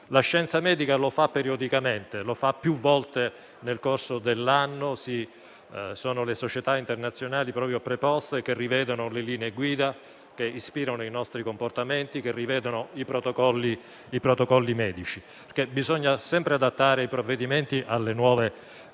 La scienza medica lo fa periodicamente, più volte nel corso dell'anno: vi sono società internazionali preposte a questo, che rivedono le linee guida che ispirano i nostri comportamenti e i protocolli medici. Bisogna sempre adattare i provvedimenti alle nuove circostanze